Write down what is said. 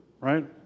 right